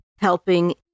helping